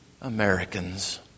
Americans